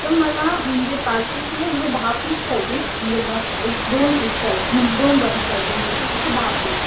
तर मला म्हणजे पाच पीस नाही मला दहा पीस पाहिजे म्हणजे ब एक दोन पीस पाहिजे म्हणजे दोन बंच पाहिजे त्याचे असे दहा पीस